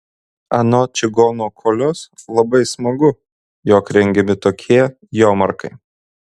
anot čigono kolios labai smagu jog rengiami tokie jomarkai